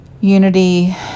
unity